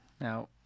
Now